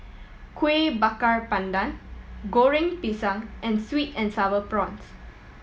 Kueh Bakar Pandan Goreng Pisang and sweet and Sour Prawns